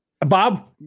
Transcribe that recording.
Bob